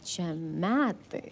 čia metai